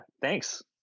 thanks